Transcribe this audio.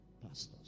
Pastors